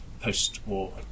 post-war